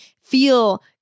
feel